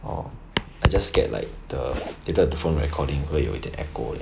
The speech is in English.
orh I just scared like the later the phone recording 会有一点 echo